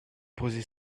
posez